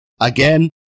again